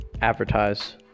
advertise